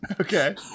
okay